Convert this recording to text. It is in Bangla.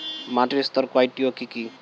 মাটির স্তর কয়টি ও কি কি?